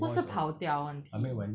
不是跑掉的问题